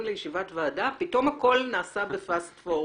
לישיבת ועדה ופתאום הכול נעשה בFast forward